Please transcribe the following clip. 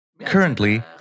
Currently